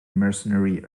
mercenary